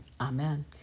Amen